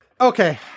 Okay